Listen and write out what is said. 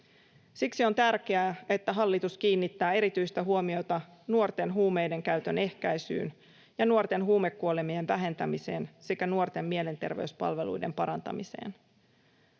Siksi on tärkeää, että hallitus kiinnittää erityistä huomiota nuorten huumeidenkäytön ehkäisyyn ja nuorten huumekuolemien vähentämiseen sekä nuorten mielenterveyspalveluiden parantamiseen.